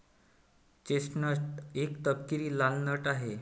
chestnut एक तपकिरी लाल नट आहे